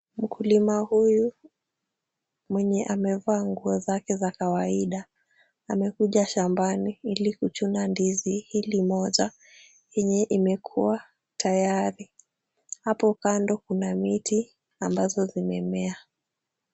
Mkulima huyu, mwenye amevaa nguo zake za kawaida, amekuja shambani ili kuchuna ndizi hili moja yenye imekuwa tayari. Hapo kando kuna miti, ambazo zimemea.